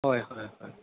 হয় হয় হয়